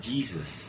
Jesus